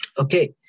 Okay